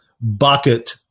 bucket